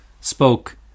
spoke